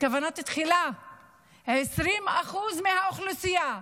בכוונה תחילה 20% מהאוכלוסייה.